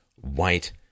white